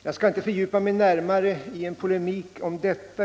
Jag skall inte fördjupa mig i polemik om detta.